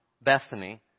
Bethany